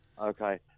okay